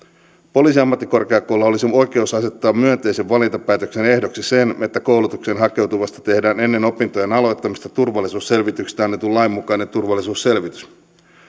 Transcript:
poliisiammattikorkeakoululla olisi oikeus asettaa myönteisen valintapäätöksen ehdoksi se että koulutukseen hakeutuvasta tehdään ennen opintojen aloittamista turvallisuusselvityksestä annetun lain mukainen turvallisuusselvitys